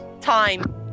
Time